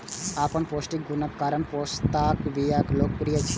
अपन पौष्टिक गुणक कारण पोस्ताक बिया लोकप्रिय छै